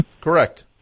Correct